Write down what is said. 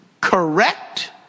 Correct